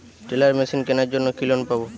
Teller machine কেনার জন্য কি লোন পাব?